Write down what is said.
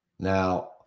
Now